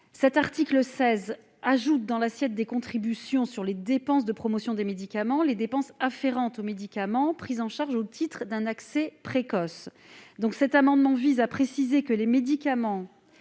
L'article 16 ajoute dans l'assiette de la contribution sur les dépenses de promotion des médicaments les dépenses afférentes aux médicaments pris en charge au titre d'un accès précoce. Cet amendement vise à préciser que les médicaments